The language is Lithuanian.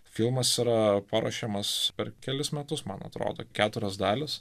filmas yra paruošiamas per kelis metus man atrodo keturios dalys